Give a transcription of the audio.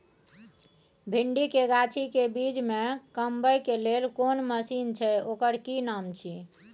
भिंडी के गाछी के बीच में कमबै के लेल कोन मसीन छै ओकर कि नाम छी?